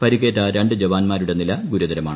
പരിക്കേറ്റ രണ്ടു ജവാൻമാരുടെ നില ഗുരുതരമാണ്